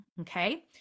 Okay